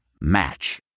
Match